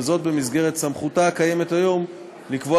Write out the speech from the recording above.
וזאת במסגרת סמכותה הקיימת היום לקבוע